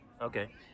Okay